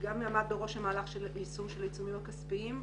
גם עמד בראש המהלך של היישום של העיצומים הכספיים.